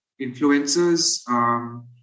influencers